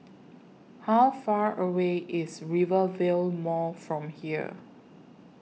How Far away IS Rivervale Mall from here